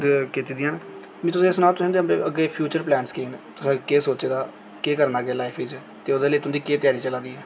कीती दियां न में तुसें ई सनांऽ तुसें अग्गें अग्गें फ्चयूर्स प्लॉन केह् न तुसें केह् सोचे दा की करना केह् तुसें लाइफ च ते ओह्दे लेई तुं'दी केह् त्यारी चला दी